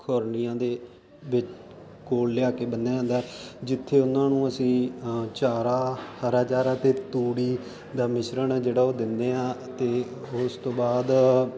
ਖੁਰਲੀਆਂ ਦੇ ਵਿੱਚ ਕੋਲ ਲਿਆ ਕੇ ਬੰਨਿਆ ਜਾਂਦਾ ਜਿੱਥੇ ਉਹਨਾਂ ਨੂੰ ਅਸੀਂ ਚਾਰਾ ਹਰਾ ਚਾਰਾ ਤੇ ਤੂੜੀ ਦਾ ਮਿਸ਼ਰਣ ਜਿਹੜਾ ਉਹ ਦਿੰਦੇ ਆ ਤੇ ਉਸ ਤੋਂ ਬਾਅਦ